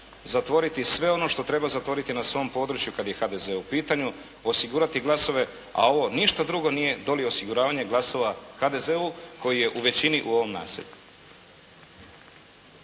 zatvoriti sve ono što treba zatvoriti na svom području kad je HDZ u pitanju, osigurati glasove, a ovo ništa drugo nije doli osiguravanje glasova HDZ-u koji je u većini u ovom naselju.